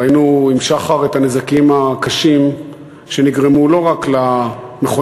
ראינו עם שחר את הנזקים הקשים שנגרמו לא רק למכוניות